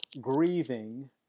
grieving